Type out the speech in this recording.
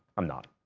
i'm not.